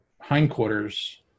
hindquarters